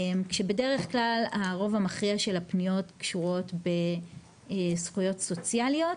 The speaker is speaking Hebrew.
בדרך כלל הרוב המכריע של הפניות קשורות בזכויות סוציאליות,